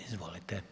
Izvolite.